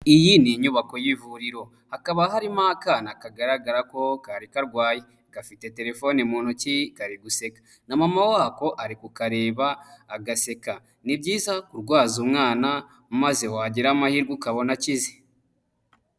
Iyi ni inyubako y'ivuriro hakaba harimo akana kagaragara ko kari karwaye, gafite telefone mu ntoki kari guseka, na mama wako ari kukareba agaseka, ni byiza kurwaza umwana maze wagira amahirwe ukabona akize.